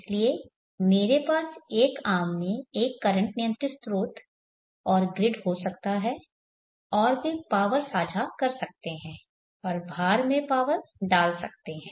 इसलिए मेरे पास एक आर्म में एक करंट नियंत्रित स्रोत और ग्रिड हो सकता है और वे पावर साझा कर सकते हैं और भार में पावर डाल सकते हैं